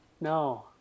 no